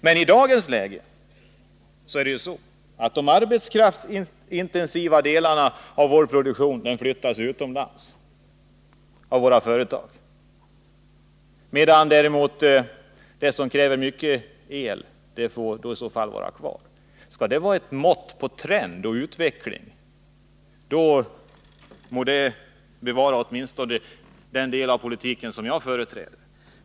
Men i dagens läge flyttar våra företag de arbetskraftsintensiva delarna av vår produktion utomlands, medan de som kräver mycket el får vara kvar. Skall det vara ett mått på utveckling? Det gäller åtminstone inte för den del av politiken som jag företräder.